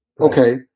Okay